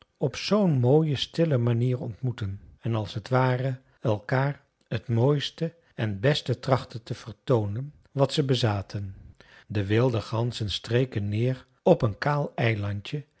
op zoo'n mooie stille manier ontmoetten en als t ware elkaar t mooiste en beste trachtten te vertoonen wat zij bezaten de wilde ganzen streken neer op een kaal eilandje